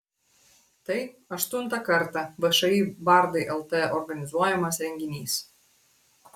tai aštuntą kartą všį bardai lt organizuojamas renginys